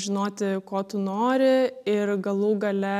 žinoti ko tu nori ir galų gale